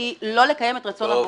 אז לא על חשבון הדקה.